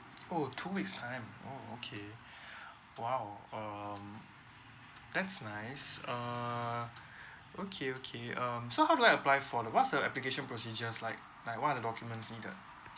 oh two weeks time oh okay !wow! um that's nice err okay okay um so how do I apply for the what's the application procedure like like what are the documents needed